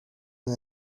una